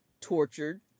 tortured